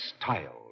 style